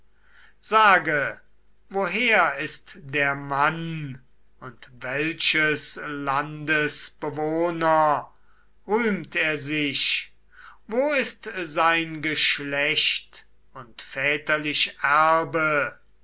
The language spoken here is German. sage woher ist der mann und welches landes bewohner rühmt er sich wo ist sein geschlecht und väterlich erbe